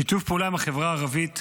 שיתוף פעולה עם החברה הערבית,